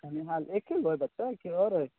निहाल एके गो यऽ बच्चा की आओर यऽ